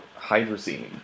hydrazine